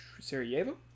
Sarajevo